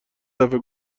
دفعه